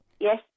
Yes